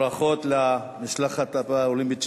ברכות למשלחת הפראלימפית שלנו.